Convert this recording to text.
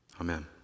amen